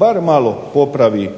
bar malo popravi